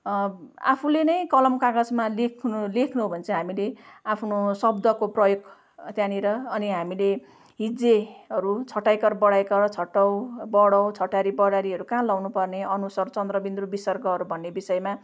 आफूले नै कलम कागजमा लेख्नु लेख्नु हो भने चाहिँ हामीले आफ्नो शब्दको प्रयोग त्यहाँनिर अनि हामीले हिज्जेहरू छोटा इकार बडा ईकार छोटा उ बडा ऊ छोटा ऋ बडा ऋहरू कहाँ लाउनुपर्ने अनुस्वर चन्द्रबिन्दु विसर्गहरू भन्ने विषयमा